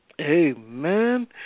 Amen